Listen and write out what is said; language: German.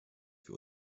für